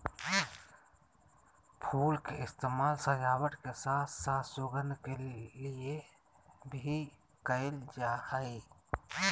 फुल के इस्तेमाल सजावट के साथ साथ सुगंध के लिए भी कयल जा हइ